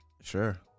Sure